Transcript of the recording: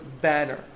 banner